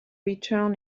return